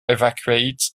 evacuate